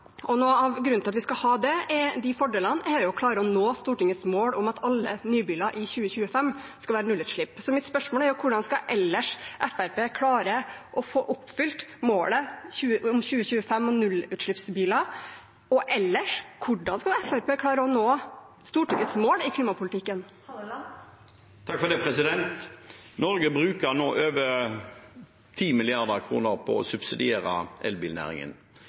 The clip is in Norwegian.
elbiler. Noe av grunnen til at vi skal ha de fordelene, er for å klare å nå Stortingets mål om at alle nybiler i 2025 skal være nullutslippsbiler. Mitt spørsmål er: Hvordan skal Fremskrittspartiet ellers klare å oppfylle målet om nullutslippsbiler i 2025, og hvordan skal Fremskrittspartiet ellers klare å nå Stortingets mål i klimapolitikken? Norge bruker nå over 10 mrd. kr på å subsidiere elbilnæringen.